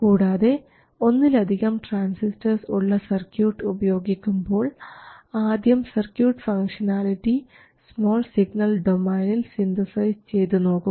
കൂടാതെ ഒന്നിലധികം ട്രാൻസിസ്റ്റർസ് ഉള്ള സർക്യൂട്ട് ഉപയോഗിക്കുമ്പോൾ ആദ്യം സർക്യൂട്ട് ഫംഗ്ഷനാലിറ്റി സ്മാൾ സിഗ്നൽ ഡൊമൈനിൽ സിന്തസൈസ് ചെയ്തു നോക്കുക